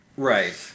Right